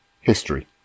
history